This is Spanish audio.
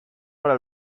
para